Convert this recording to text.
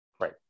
right